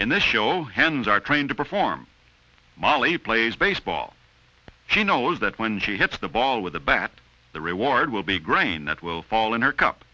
in this show hands are trained to perform molly plays baseball she knows that when she hits the ball with a bat the reward will be a grain that will fall in her cup